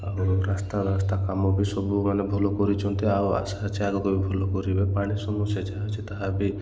ଆଉ ରାସ୍ତା ରାସ୍ତା କାମ ବି ସବୁ ମାନେ ଭଲ କରିଛନ୍ତି ଆଉ ଆଶା ଅଛି ଆଗକୁ ବି ଭଲ କରିବେ ପାଣି ସମସ୍ୟା ଯାହା ଅଛି ତାହା ବି